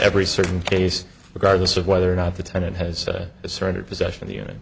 every certain case regardless of whether or not the tenant has surrendered possession